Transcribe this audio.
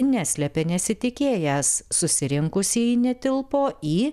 neslepia nesitikėjęs susirinkusieji netilpo į